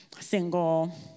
single